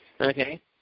okay